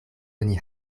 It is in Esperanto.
oni